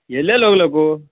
ಎಲ್ಲಿ ಎಲ್ಲಿ ಹೋಗಲಕ್ಕೂ